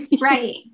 Right